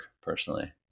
personally